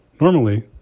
Normally